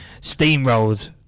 steamrolled